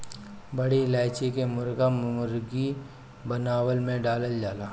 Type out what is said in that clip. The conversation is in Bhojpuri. बड़ी इलायची के मुर्गा मुर्गी बनवला में डालल जाला